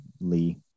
Lee